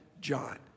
John